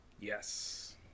Yes